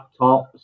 laptops